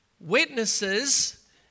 witnesses